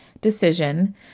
decision